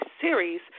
series